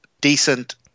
decent